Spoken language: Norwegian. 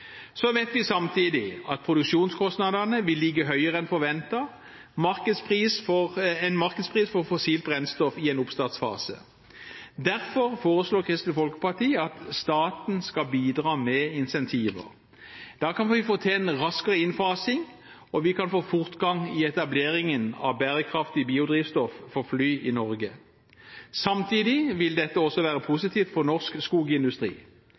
Så vet vi samtidig at produksjonskostnadene vil ligge høyere enn forventet markedspris for fossilt brennstoff i en oppstartfase. Derfor foreslår Kristelig Folkeparti at staten skal bidra med incentiver. Da kan vi få til en raskere innfasing, og vi kan få fortgang i etableringen av bærekraftig biodrivstoff for fly i Norge. Samtidig vil dette også være positivt for norsk skogindustri.